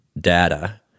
data